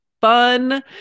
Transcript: fun